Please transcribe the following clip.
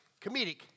comedic